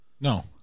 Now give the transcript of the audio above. No